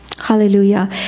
Hallelujah